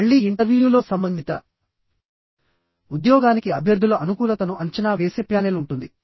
మళ్ళీ ఇంటర్వ్యూలో సంబంధిత ఉద్యోగానికి అభ్యర్థుల అనుకూలతను అంచనా వేసే ప్యానెల్ ఉంటుంది